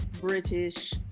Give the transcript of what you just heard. British